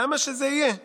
למה שזה יהיה כך?